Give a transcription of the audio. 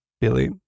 Billy